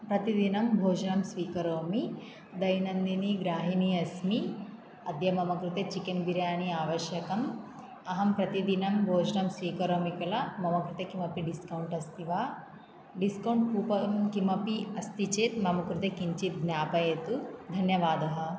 प्रतिदिनं भोजनं स्वीकरोमि दैनन्दिनी ग्राहिणी अस्मि अद्य मम कृते चिक्केन् बिरियानी आवश्यकम् अहं प्रतिदिनं भोजनं स्वीकरोमि किल मम कृते किमपि डिस्कौण्ट् अस्ति वा डिस्कौण्ट् कूपन् किमपि अस्ति चेत् मम कृते किञ्चित् ज्ञापयतु धन्यवादः